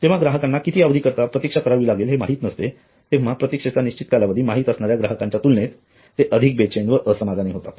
जेव्हा ग्राहकांना किती अवधी करीता प्रतीक्षा करावी लागेल हे माहित नसते तेव्हा प्रतिक्षेचा निश्चित कालावधी माहित असणाऱ्या ग्राहकांच्या तुलनेत ते अधिक बैचैन व असमाधानी होतात